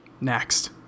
Next